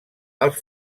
als